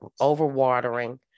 overwatering